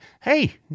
hey